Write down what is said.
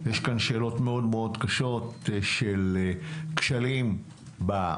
יש כאן שאלות מאוד מאוד קשות של כשלים בשיווק.